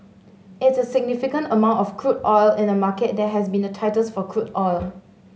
it's a significant amount of crude oil in a market that has been the tightest for crude oil